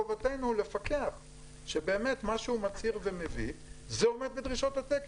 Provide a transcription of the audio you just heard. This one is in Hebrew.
חובתנו לפקח שבאמת מה שהוא מצהיר ומביא זה עומד בדרישות התקן.